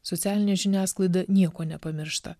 socialinė žiniasklaida nieko nepamiršta